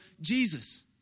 Jesus